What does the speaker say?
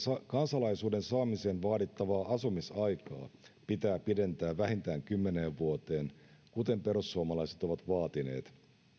kansalaisuuden saamiseen vaadittavaa asumisaikaa pitää pidentää vähintään kymmeneen vuoteen kuten perussuomalaiset ovat vaatineet